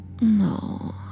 No